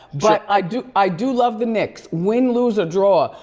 but i do i do love the knicks, win, lose or draw.